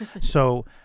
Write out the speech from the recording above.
So-